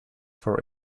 for